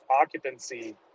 occupancy